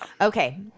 Okay